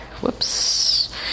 Whoops